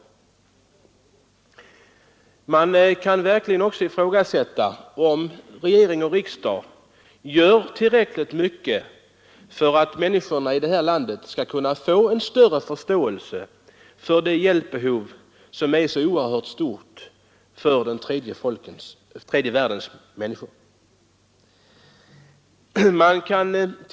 Det kan också verkligen ifrågasättas, om regering och riksdag gör tillräckligt mycket för att människorna i det här landet skall kunna få större förståelse för det oerhörda hjälpbehovet hos tredje världens människor.